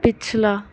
ਪਿਛਲਾ